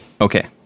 Okay